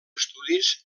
estudis